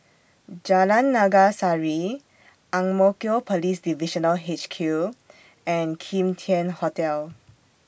Jalan Naga Sari Ang Mo Kio Police Divisional H Q and Kim Tian Hotel